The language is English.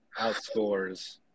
outscores